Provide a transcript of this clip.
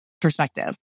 perspective